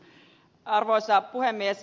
ennen kuin ed